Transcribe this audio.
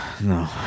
No